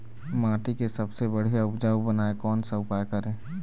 माटी के सबसे बढ़िया उपजाऊ बनाए कोन सा उपाय करें?